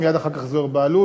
מייד אחר כך, זוהיר בהלול.